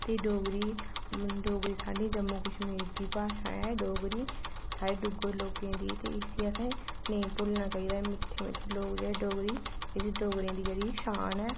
ते डोगरी डोगरी साढ़ी जम्मू कश्मीर दी भाशा ऐ डोगरी साढ़े डुग्गर लोकें दी ते इसी असें नेईं भुल्लना चाहिदा ऐ मिट्ठे मिट्ठे लोक जेह्ड़े डोगरी इसी डोगरें दी जेह्ड़ी शान ऐ